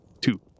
Two